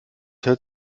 hört